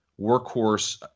workhorse